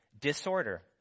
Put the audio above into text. Disorder